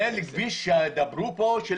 זה לכביש תחבורה שדיברו פה.